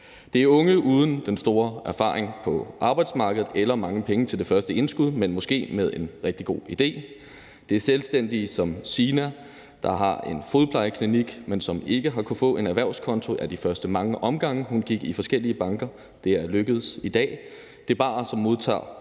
Det er unge uden den store erfaring på arbejdsmarkedet eller mange penge til det første indskud, men måske med en rigtig god idé. Det er selvstændige som Sina, der har en fodplejeklinik, men som ikke har kunnet få en erhvervskonto ad de første mange omgange, hun gik i forskellige banker. Det er lykkedes i dag. Det er barer, som modtager